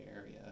Area